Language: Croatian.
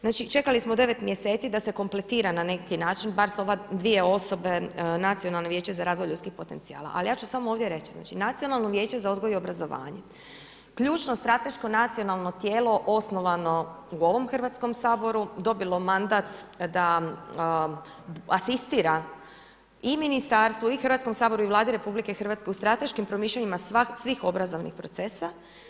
Znači čekali smo devet mjeseci da se kompletira na neki način, bar s ove dvije osobe Nacionalno vijeće za razvoj ljudskih potencijala, ali ja ću samo ovdje reći Nacionalno vijeće za odgoj i obrazovanje ključno strateško nacionalno tijelo osnovano u ovom Hrvatskom saboru, dobilo mandat da asistira i ministarstvu i Hrvatskom saboru i Vladi RH u strateškim promišljanjima svih obrazovnih procesa.